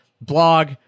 Blog